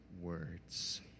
words